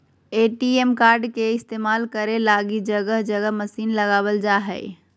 ATM card के इस्तेमाल करे लगी जगह जगह मशीन लगाबल जा हइ